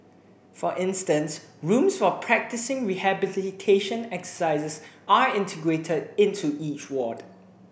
for instance rooms for practising rehabilitation exercises are integrated into each ward